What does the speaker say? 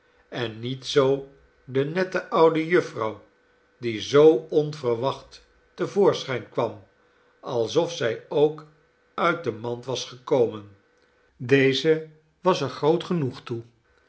en niet zoo de nette oude jufvrouw die zoo onverwacht te voorschijn kwam alsof zij ook uit de mand was gekomen deze was er groot genoeg toe